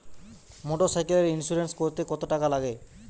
মোটরসাইকেলের ইন্সুরেন্স করতে কত টাকা লাগে?